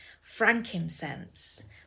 frankincense